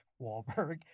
Wahlberg